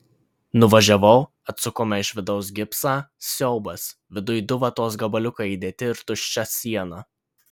nuvažiavau atsukome iš vidaus gipsą siaubas viduj du vatos gabaliukai įdėti ir tuščia siena